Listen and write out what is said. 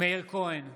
מאיר כהן,